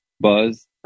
buzz